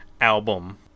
album